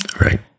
right